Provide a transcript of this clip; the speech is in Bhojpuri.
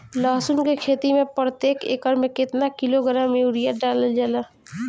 लहसुन के खेती में प्रतेक एकड़ में केतना किलोग्राम यूरिया डालल जाला?